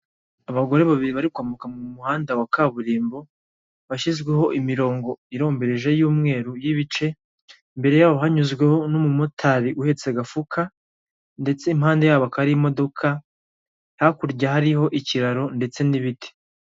Abagore babiri bari kwambuka mu muhanda wa kaburimbo, washyizweho imirongo irombereje y'umweru y'ibice, imbere yabo hanyuzweho n'umumotari uhetse agafuka, ndetse impande yabo hakaba hari imodoka, hakurya hariho ikiraro ndetse n'ibiti.